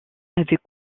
avaient